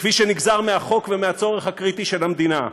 כפי שנגזר מהחוק ומהצורך הקריטי של המדינה,